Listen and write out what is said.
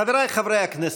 חבריי חברי הכנסת,